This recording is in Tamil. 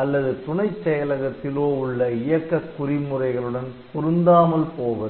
அல்லது துணைச் செயலகத்திலோ உள்ள இயக்க குறிமுறைகளுடன் பொருந்தாமல் போவது